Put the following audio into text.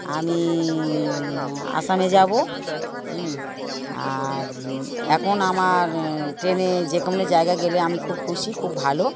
আমি আসামে যাব হুম আর এখন আমার ট্রেনে যে কোনো জায়গায় গেলে আমি খুব খুশি খুব ভালো